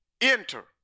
enter